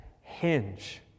hinge